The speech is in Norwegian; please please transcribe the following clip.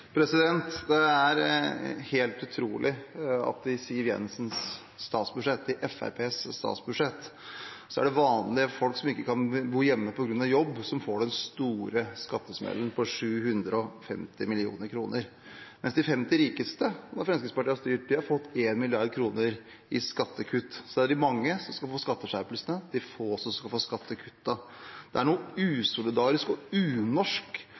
helt utrolig at i Siv Jensens statsbudsjett, i Fremskrittspartiets statsbudsjett, er det vanlige folk som ikke kan bo hjemme på grunn av jobb, som får den store skattesmellen på 750 mill. kr, mens de 50 rikeste har fått 1 mrd. kr i skattekutt mens Fremskrittspartiet har styrt. Det er de mange som skal få skatteskjerpelsene, de få som skal få skattekuttene. Det er noe usolidarisk og noe unorsk